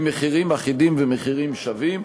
עם מחירים אחידים ומחירים שווים.